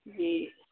جی